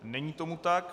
Není tomu tak.